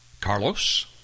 Carlos